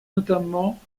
notamment